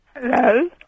Hello